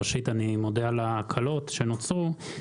ראשית אני מודה על ההקלות שנוצרו.